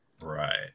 Right